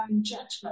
judgment